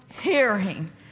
hearing